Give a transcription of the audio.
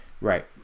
right